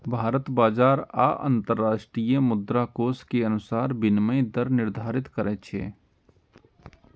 भारत बाजार आ अंतरराष्ट्रीय मुद्राकोष के अनुसार विनिमय दर निर्धारित करै छै